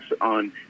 on